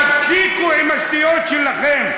תפסיקו עם השטויות שלכם.